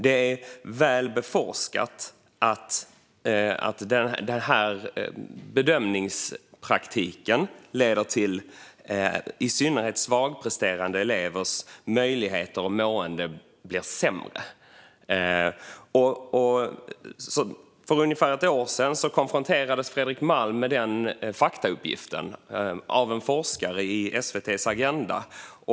Det är väl beforskat - denna bedömningspraktik leder till att i synnerhet svagpresterande elevers möjligheter och mående blir sämre. För ungefär ett år sedan konfronterades Fredrik Malm med den faktauppgiften av en forskare i SVT:s Agenda .